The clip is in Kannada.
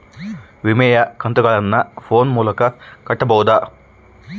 ವಿಮೆಯ ಕಂತುಗಳನ್ನ ಫೋನ್ ಮೂಲಕ ಕಟ್ಟಬಹುದಾ?